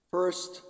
First